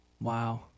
wow